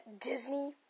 Disney